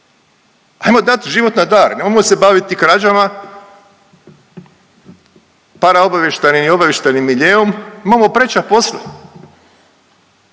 ajmo dat život na dar, nemojmo se baviti krađama, paraobavještajnim i obavještajnim miljenom, imamo preča posla,